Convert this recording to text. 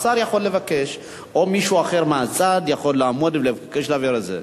השר יכול לבקש או מישהו אחר מהצד יכול לבקש להעביר את זה.